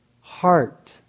heart